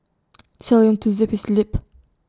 tell him to zip his lip